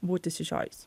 būti išsižiojus